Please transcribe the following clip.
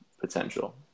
potential